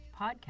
podcast